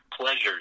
Pleasures